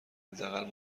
حداقل